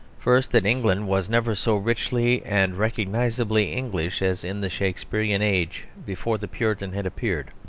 first, that england was never so richly and recognisably english as in the shakespearian age before the puritan had appeared.